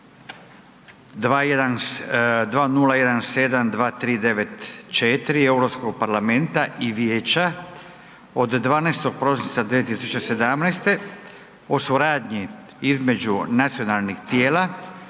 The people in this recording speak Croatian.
2017/2394 Europskog parlamenta i Vijeća od 12. prosinca 2017. o suradnji između nacionalnih tijela